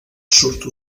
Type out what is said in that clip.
surt